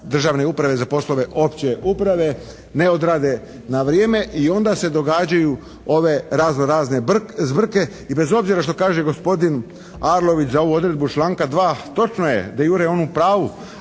državne uprave za poslove opće uprave ne odrade na vrijeme i onda se događaju ove razno razne zbrke i bez obzira što kažem gospodin Arlović za ovu odredbu članka 2. Točno je «de iure» on u pravu